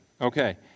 Okay